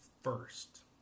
first